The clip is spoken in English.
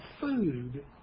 food